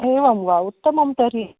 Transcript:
एवं वा उत्तमं तर्हि